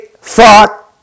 thought